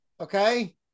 okay